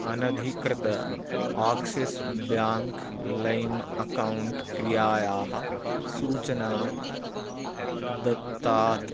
अनधिकृत Axis bank लैम् account क्रियायाः सूचनां दत्तात्